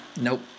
Nope